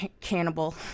*Cannibal*